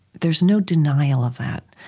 there's no denial of that,